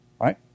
Right